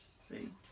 See